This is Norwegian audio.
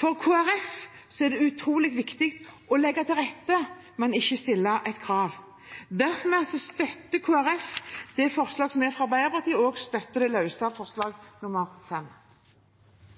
For Kristelig Folkeparti er det utrolig viktig å legge til rette, men ikke stille et krav. Derfor støtter Kristelig Folkeparti forslagene fra Arbeiderpartiet. Denne regjeringen vil sikre at par som ønsker det,